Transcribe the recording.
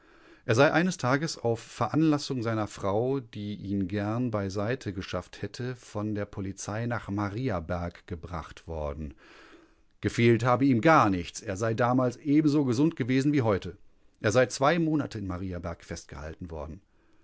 er sei eines tages auf veranlassung seiner frau die ihn gern beiseite geschafft hätte von der polizei nach mariaberg gebracht worden gefehlt habe ihm gar nichts er sei damals ebenso gesund gewesen wie heute er sei zwei monate in mariaberg festgehalten worden